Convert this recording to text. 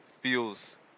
feels